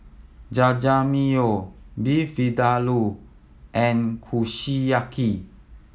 Jajangmyeon Beef Vindaloo and Kushiyaki